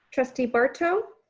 trustee barto.